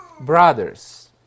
brothers